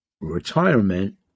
retirement